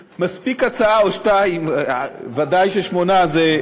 מספיקה הצעה או שתיים, ודאי ששמונה זה די והותר.